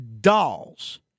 dolls